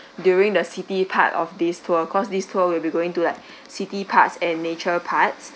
during the city part of this tour cause this tour will be going to like city parts and nature parts